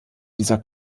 dieser